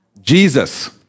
Jesus